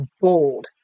bold